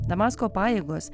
damasko pajėgos